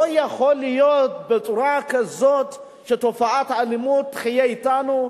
לא יכול להיות בצורה כזאת שתופעת האלימות תחיה אתנו,